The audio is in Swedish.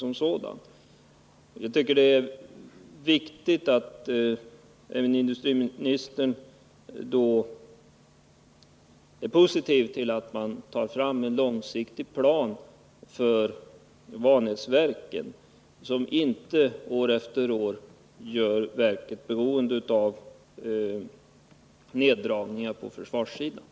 Jag tycker att det är viktigt att även industriministern är positiv till att man 115 för Vanäsverken utarbetar en långsiktig plan, som gör att företagets framtid inte år efter år blir beroende av neddragningar på försvarsområdet.